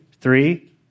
three